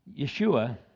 Yeshua